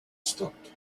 stopped